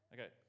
Okay